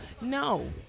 No